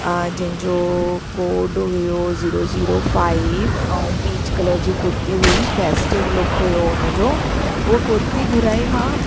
जंहिंजो कोड हुओ zero zero five ऐं पीच कलर जी कुर्ती हुई फेस्टिव लुक हुओ हुनजो हूअ कुर्ती घुराई मां